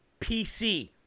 PC